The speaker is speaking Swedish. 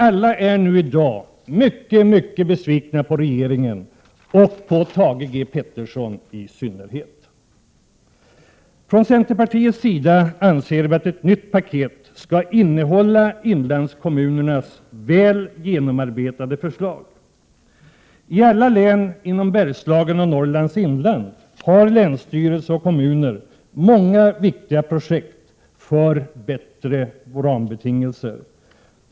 Alla är i dag mycket mycket besvikna på regeringen, och då i synnerhet på Thage G Peterson. Vii centerpartiet anser att ett nytt paket skall innehålla inlandskommunernas väl genomarbetade förslag. I alla län inom Bergslagen och i Norrlands inland har länsstyrelser och kommuner många viktiga projekt när det gäller att skapa bättre rambetingelser.